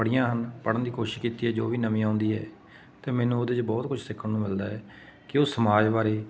ਪੜ੍ਹੀਆਂ ਹਨ ਪੜ੍ਹਨ ਦੀ ਕੋਸ਼ਿਸ਼ ਕੀਤੀ ਹੈ ਜੋ ਵੀ ਨਵੀਂ ਆਉਂਦੀ ਹੈ ਅਤੇ ਮੈਨੂੰ ਉਹਦੇ 'ਚ ਬਹੁਤ ਕੁਝ ਸਿੱਖਣ ਨੂੰ ਮਿਲਦਾ ਹੈ ਕਿ ਉਹ ਸਮਾਜ ਬਾਰੇ